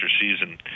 season